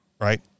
right